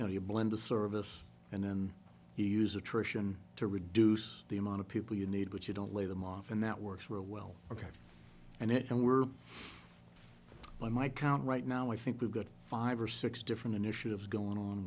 you know you blend the service and then you use attrition to reduce the amount of people you need but you don't lay them off and that works really well ok and it were but my count right now i think we've got five or six different initiatives going on